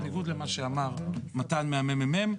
בניגוד למה שאמר מתן מה-ממ"מ,